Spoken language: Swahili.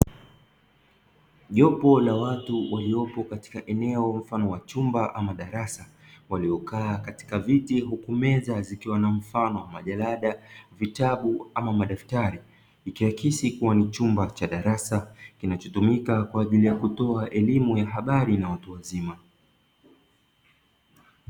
Jopo la watu waliopo katika eneo mfano wa chumba ama darasa waliokaa katika viti huku meza zikiwa na mfano wa majarada, vitabu ama madaftari, ikiakisi kuwa ni chumba cha darasa kinachotumika kwa ajili ya kutoa elimu na habari kwa watu wazima.